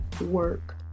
work